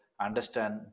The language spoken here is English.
understand